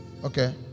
Okay